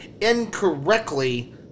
incorrectly